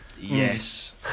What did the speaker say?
Yes